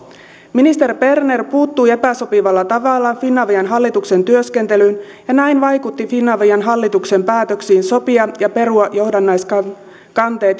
ministeri berner puuttui epäsopivalla tavalla finavian hallituksen työskentelyyn ja näin vaikutti finavian hallituksen päätöksiin sopia ja perua johdannaiskanteet